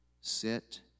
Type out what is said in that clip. sit